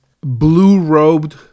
blue-robed